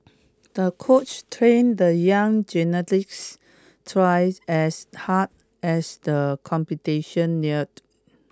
the coach trained the young gymnast twice as hard as the competition neared